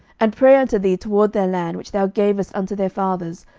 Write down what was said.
and pray unto thee toward their land, which thou gavest unto their fathers,